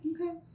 okay